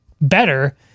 better